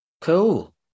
Cool